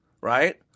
right